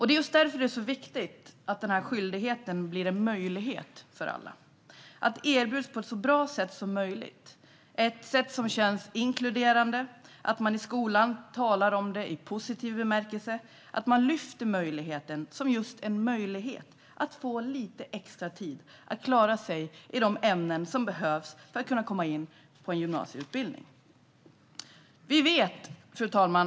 Det är därför det är så viktigt att denna skyldighet blir en möjlighet för alla, att den erbjuds på ett så bra sätt som möjligt - ett sätt som känns inkluderande - och att skolan talar om den i positiv bemärkelse och lyfter fram denna möjlighet som just en möjlighet att få lite extra tid att klara sig i de ämnen som behövs för att kunna komma in på en gymnasieutbildning. Fru talman!